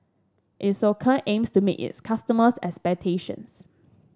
Isocal aims to meet its customers' expectations